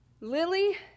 Lily